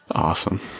awesome